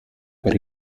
per